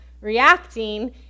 reacting